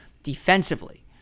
defensively